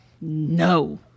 no